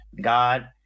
God